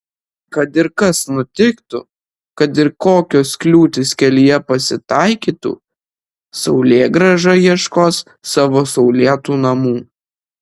kad ir kas nutiktų kad ir kokios kliūtys kelyje pasitaikytų saulėgrąža ieškos savo saulėtų namų